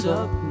up